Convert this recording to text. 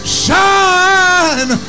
shine